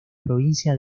provincia